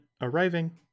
arriving